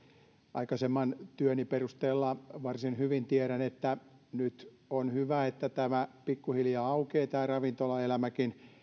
aikaisemman työni perusteella varsin hyvin tiedän että nyt on hyvä että pikkuhiljaa aukeaa tämä ravintolaelämäkin